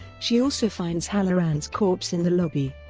she also finds hallorann's corpse in the lobby.